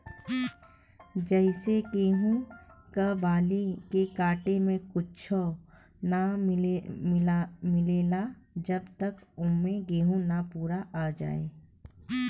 जइसे गेहूं क बाली के काटे से कुच्च्छो ना मिलला जब तक औमन गेंहू ना पूरा आ जाए